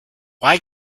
why